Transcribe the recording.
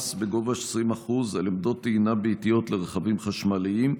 בגובה 20% על עמדות טעינה ביתיות לרכבים חשמליים.